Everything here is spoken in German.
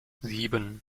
sieben